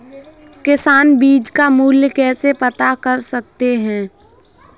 किसान बीज का मूल्य कैसे पता कर सकते हैं?